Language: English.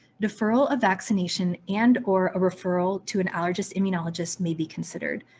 deferral of vaccination and or referral to and allergist immunologist may be considered.